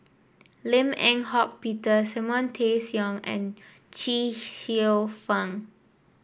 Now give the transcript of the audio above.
Lim Eng Hock Peter Simon Tay Seong Chee and Xiu Fang